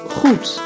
goed